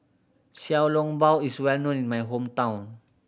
Xiao Long Bao is well known in my hometown